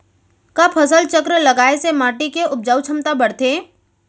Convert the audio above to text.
का फसल चक्र लगाय से माटी के उपजाऊ क्षमता बढ़थे?